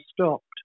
stopped